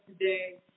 today